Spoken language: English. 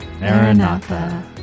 Maranatha